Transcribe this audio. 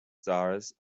stars